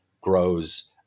grows